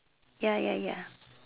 ya ya ya